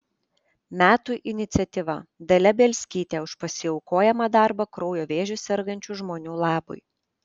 metų iniciatyva dalia bielskytė už pasiaukojamą darbą kraujo vėžiu sergančių žmonių labui